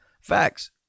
Facts